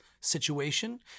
situation